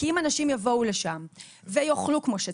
כי אם אנשים יבואו לשם ויאכלו כמו שצריך,